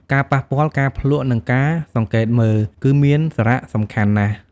ការប៉ះពាល់ ការភ្លក្ស និងការសង្កេតមើល គឺមានសារៈសំខាន់ណាស់។